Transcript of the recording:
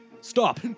Stop